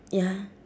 ya